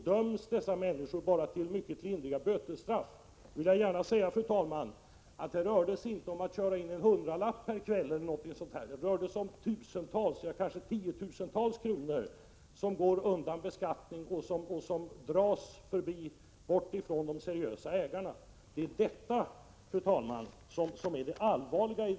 Men dessa brottslingar döms också till mycket lindriga bötesstraff. Jag vill gärna säga, fru talman, att denna olagliga verksamhet inte handlar om att köra in en hundralapp e. d. per kväll, utan det rör sig om tusentals, kanske tiotusentals, kronor som inte blir föremål för beskattning och som de seriösa ägarna inte får del av. Det är detta, fru talman, som är det allvarliga.